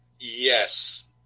Yes